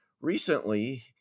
Recently